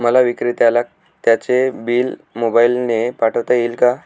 मला विक्रेत्याला त्याचे बिल मोबाईलने पाठवता येईल का?